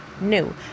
new